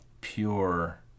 pure